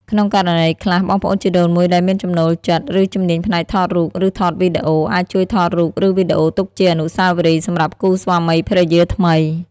ក្នុងករណីខ្លះ បងប្អូនជីដូនមួយដែលមានចំណូលចិត្ត ឬ ជំនាញផ្នែកថតរូប ឬថតវីដេអូ អាចជួយថតរូប ឬវីដេអូទុកជា អនុស្សាវរីយ៍ សម្រាប់គូស្វាមីភរិយាថ្មី។